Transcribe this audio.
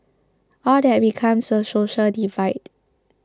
all that becomes a social divide